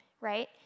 right